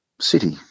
city